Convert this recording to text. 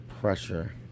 pressure